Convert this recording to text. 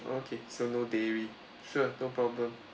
okay so no dairy sure no problem